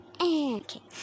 Okay